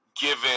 given